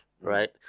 right